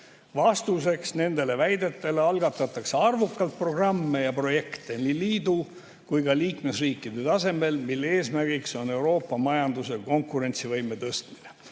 Vastuseks nendele väidetele algatatakse arvukalt programme ja projekte nii liidu kui ka liikmesriikide tasemel, mille eesmärgiks on Euroopa majanduse konkurentsivõime tõstmine.